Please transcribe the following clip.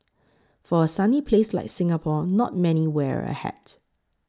for a sunny place like Singapore not many people wear a hat